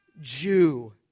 Jew